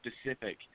specific